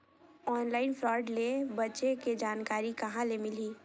Online fraud ले बचे के जानकारी कहां ले मिलही?